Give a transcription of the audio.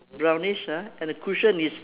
brownish ah and the cushion is